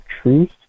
truth